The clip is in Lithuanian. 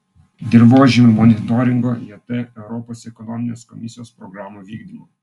dirvožemių monitoringo jt europos ekonominės komisijos programų vykdymo